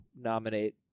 nominate